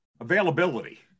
availability